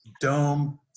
dome